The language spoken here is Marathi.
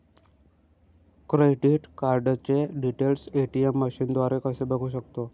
क्रेडिट कार्डचे डिटेल्स ए.टी.एम मशीनद्वारे कसे बघू शकतो?